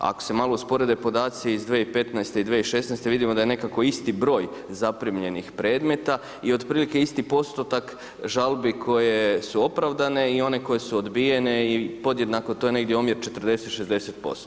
Ako se malo usporede podaci iz 2015. i 2016. vidimo da je nekako isti broj zaprimljenih predmeta i otprilike isti postotak žalbi koje su opravdane i one koje su odbijene i podjednako, to je negdje omjer 40:60%